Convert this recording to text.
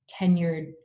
tenured